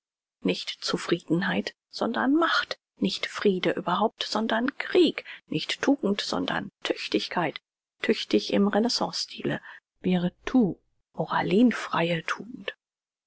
nicht zufriedenheit sondern mehr macht nicht friede überhaupt sondern krieg nicht tugend sondern tüchtigkeit tugend im renaissance stile